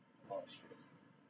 oh shit